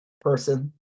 person